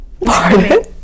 Pardon